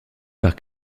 par